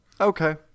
Okay